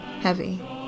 Heavy